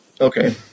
Okay